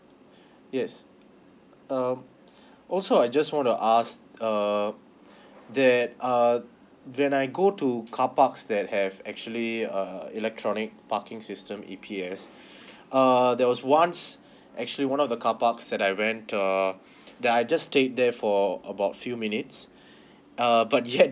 yes um also I just wanna ask uh that uh when I go to carparks that have actually a electronic parking system E_P_S err there was once actually one of the carparks that I went uh that I just stayed there for about few minutes uh but yet